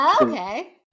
okay